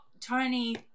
Tony